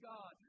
God